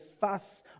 fuss